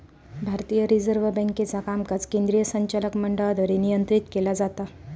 भारतीय रिझर्व्ह बँकेचा कामकाज केंद्रीय संचालक मंडळाद्वारे नियंत्रित केला जाता